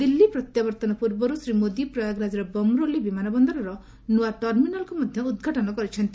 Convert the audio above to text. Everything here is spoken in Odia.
ଦିଲ୍ଲୀ ପ୍ରତ୍ୟାବର୍ତ୍ତନ ପୂର୍ବରୁ ଶ୍ରୀ ମୋଦି ପ୍ରୟାଗରାଜର ବମ୍ରୋଲି ବିମାନ ବନ୍ଦରର ନୂଆ ଟର୍ମିନାଲ୍କୁ ମଧ୍ୟ ଉଦ୍ଘାଟନ କରିଛନ୍ତି